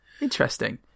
Interesting